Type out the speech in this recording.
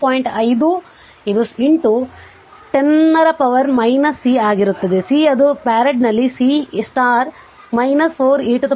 5 ಇದು 10 ರ power C ಆಗಿರುತ್ತದೆ C ಅದು ಫರಾಡ್ನಲ್ಲಿ C 4 e t 1 ಮೌಲ್ಯವಾಗಿರುತ್ತದೆ